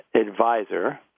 advisor